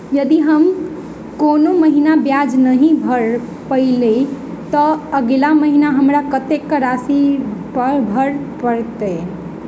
यदि हम कोनो महीना ब्याज नहि भर पेलीअइ, तऽ अगिला महीना हमरा कत्तेक राशि भर पड़तय?